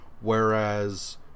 whereas